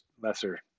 lesser